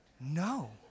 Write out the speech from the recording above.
No